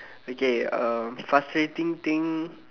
okay um frustrating thing